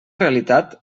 realitat